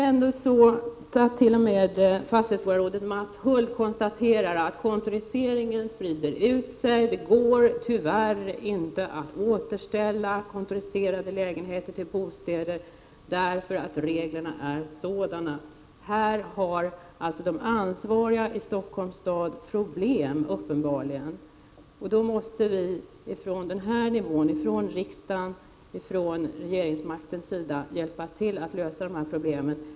Herr talman! T.o.m. fastighetsborgarrådet Mats Hulth konstaterar att kontoriseringen sprider sig. Det går tyvärr inte att återställa kontoriserade lägenheter till bostäder därför att reglerna är sådana som de är. De ansvariga i Stockholms stad har uppenbarligen problem med detta. Därför måste riksdagen och regeringen hjälpa till att lösa dessa problem.